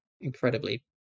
incredibly